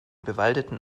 bewaldeten